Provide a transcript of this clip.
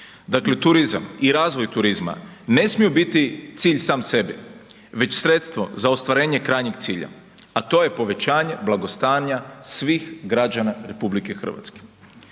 Dakle, turizam i razvoj turizma ne smiju biti cilj sam sebi već sredstvo za ostvarenje krajnjeg cilja, a to je povećanje blagostanja svih građana RH.